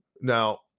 Now